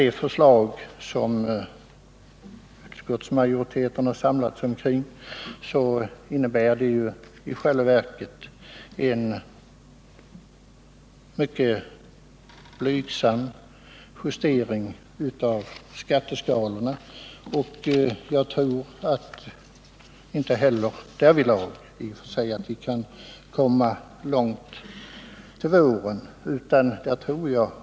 Det förslag som utskottsmajoriteten här ställt sig bakom innebär i själva verket en mycket blygsam justering av skatteskalorna. Jag tror inte heller att vi till våren kan komma särskilt långt därvidlag.